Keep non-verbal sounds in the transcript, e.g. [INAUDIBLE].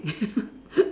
[LAUGHS]